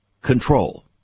Control